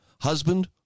husband